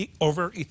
over